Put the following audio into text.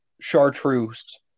chartreuse